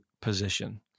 position